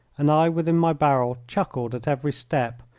and i within my barrel chuckled at every step,